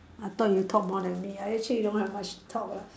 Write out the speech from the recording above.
I thought you talk more than me I actually don't have much to talk ah